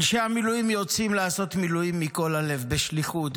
אנשי המילואים יוצאים לעשות מילואים מכל הלב בשליחות,